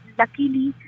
luckily